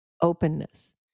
openness